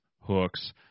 hooks